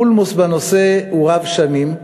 הפולמוס בנושא הוא רב-שנים,